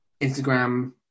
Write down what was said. Instagram